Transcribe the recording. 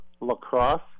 lacrosse